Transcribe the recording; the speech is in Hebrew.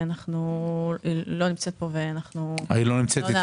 היא לא נמצאת פה ואנחנו לא נענה